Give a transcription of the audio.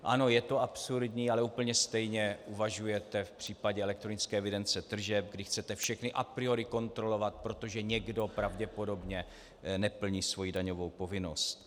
Ano, je to absurdní, ale úplně stejně uvažujete v případě elektronické evidence tržeb, kdy chcete všechny a priori kontrolovat, protože někdo pravděpodobně neplní svoji daňovou povinnost.